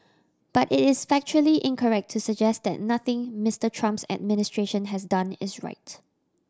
but it is factually incorrect to suggest that nothing Mister Trump's administration has done is right